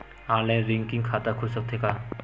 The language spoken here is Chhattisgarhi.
ऑनलाइन रिकरिंग खाता खुल सकथे का?